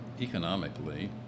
economically